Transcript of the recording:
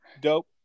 dope